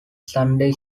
sunday